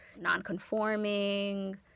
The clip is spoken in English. non-conforming